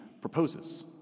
proposes